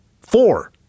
Four